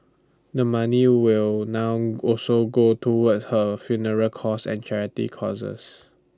the money will now also go towards her funeral costs and charity causes